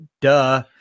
duh